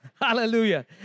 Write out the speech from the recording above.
Hallelujah